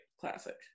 classic